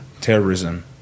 terrorism